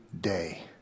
day